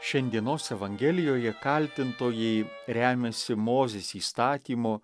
šiandienos evangelijoje kaltintojai remiasi mozės įstatymu